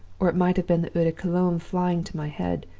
or it might have been the eau-de-cologne flying to my head,